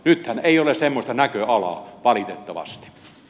nythän ei ole semmoista näköalaa valitettavasti